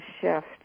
shift